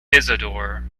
isidore